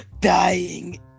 dying